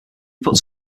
puts